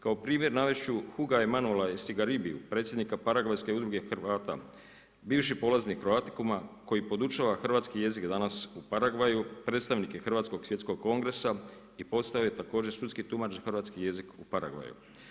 Kao primjer navesti ću Huga Emanuella Estigarribiu, predsjednika Paragvajske udruge Hrvata, bivši polaznik croaticuma koji podučava hrvatski jezik danas u Paragvaju, predstavnik je Hrvatskog svjetskog kongresa i postao je također sudski tumač za hrvatski jezik u Paragvaju.